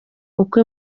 uko